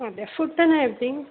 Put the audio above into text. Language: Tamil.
அப்டியா ஃபுட்டெல்லாம் எப்படி